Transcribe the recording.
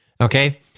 Okay